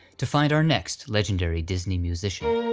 to find our next legendary disney musician.